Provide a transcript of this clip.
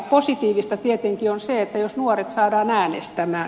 positiivista tietenkin on se jos nuoret saadaan äänestämään